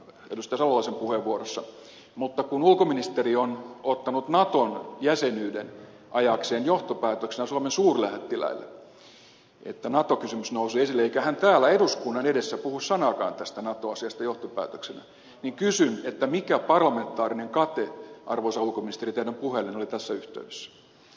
salolaisen puheenvuorossa mutta kun ulkoministeri on ottanut naton jäsenyyden ajaakseen johtopäätöksenä suomen suurlähettiläille että nato kysymys nousi esille eikä hän täällä eduskunnan edessä puhu sanaakaan tästä nato asiasta johtopäätöksenä niin kysyn mikä parlamentaarinen kate arvoisa ulkoministeri teidän puheellanne oli tässä yhteydessä